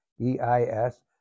E-I-S